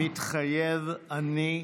"מתחייב אני"